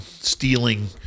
stealing